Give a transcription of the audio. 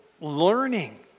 learning